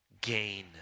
gain